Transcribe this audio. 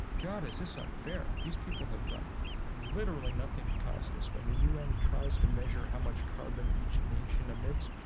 god, is this unfair. these people have done literally nothing to cause this. when the un tries to measure how much carbon each nation emits,